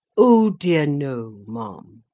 o, dear no, ma'am,